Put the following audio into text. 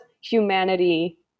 humanity